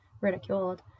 ridiculed